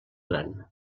gran